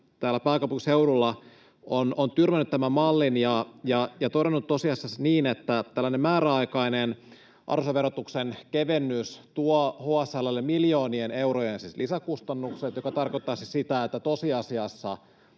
täällä pääkaupunkiseudulla on tyrmännyt tämän mallin ja todennut tosiaan niin, että tällainen määräaikainen arvonlisäverotuksen kevennys tuo HSL:lle miljoonien eurojen lisäkustannukset, mikä tarkoittaisi sitä, että tosiasiassa